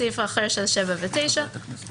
סעיף אחר של שבע שנים ותשע שנים.